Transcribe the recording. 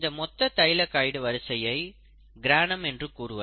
இந்த மொத்த தைலகாய்டு வரிசையை கிரானம் என்று கூறுவர்